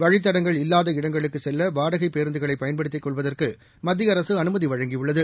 வழித்தடங்கள் இல்லாத இடங்களுக்குச் செல்ல வாடகை பேருந்துகளை பயன்படுத்திக் கொள்வதற்கு மத்திய அரசு அனுமதி வழங்கியுள்ளது